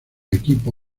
equipo